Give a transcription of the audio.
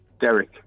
Derek